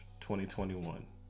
2021